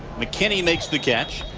mckinney makes the catch.